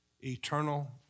eternal